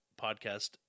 podcast